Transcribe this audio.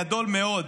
גדול מאוד.